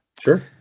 Sure